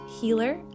healer